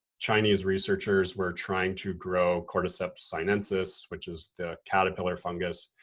chinese researchers were trying to grow cordyceps sinensis, which is the caterpillar fungus.